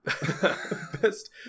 best